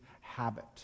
habit